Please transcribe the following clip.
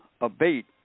Abate